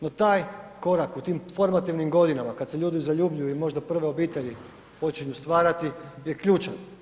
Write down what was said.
No taj korak u tim formativnim godinama kada se ljudi zaljubljuju i možda prve obitelji počinju stvarati je ključan.